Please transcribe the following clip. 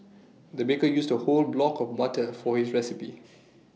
the baker used A whole block of butter for his recipe